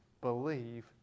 believe